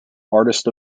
artist